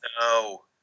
No